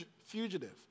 fugitive